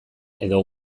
edo